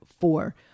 four